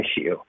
issue